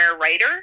writer